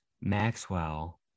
Maxwell